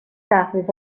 تخفیف